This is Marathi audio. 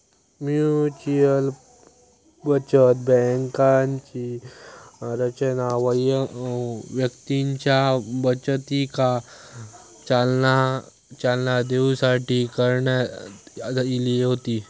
म्युच्युअल बचत बँकांची रचना व्यक्तींच्या बचतीका चालना देऊसाठी करण्यात इली होती